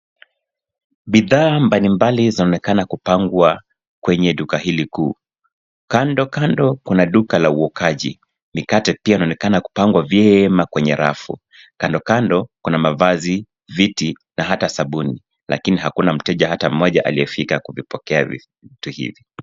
Bidhaa mbali mbali zinaonekana kupangwa kwenye duka hili kuu. Kando kando kuna duka la uokaji. Mikate pia inaonekana kupangwa vyema kwenye rafu. Kando kando kuna mavazi, viti, na hata sabuni, lakini hakuna mteja hata mmoja aliyefika kuvipokea vitu hivi.